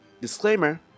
Disclaimer